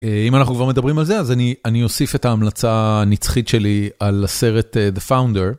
אם אנחנו כבר מדברים על זה אז אני אני אוסיף את ההמלצה הנצחית שלי על הסרט the founder